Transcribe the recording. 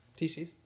TCs